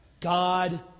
God